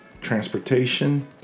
transportation